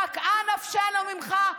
נקעה נפשנו ממך.